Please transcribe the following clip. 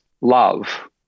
love